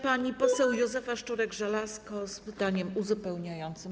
Pani poseł Józefa Szczurek-Żelazko zada pytanie uzupełniające.